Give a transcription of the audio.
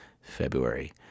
February